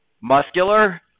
muscular